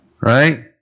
Right